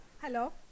Hello